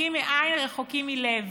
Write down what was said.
רחוקים מעין, רחוקים מלב,